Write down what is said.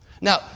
Now